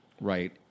right